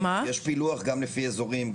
יש פילוח גם לפי אזורים.